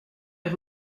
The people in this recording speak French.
est